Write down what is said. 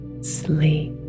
sleep